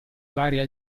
varia